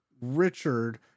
Richard